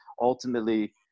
ultimately